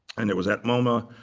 and it was at moma